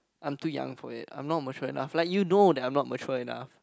I'm too young for it I'm not mature enough like you know that I'm not mature enough